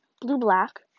blue-black